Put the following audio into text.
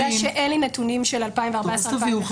--- לאור העובדה שאין לי נתונים של 2014 ו-2015 --- אז תביאו,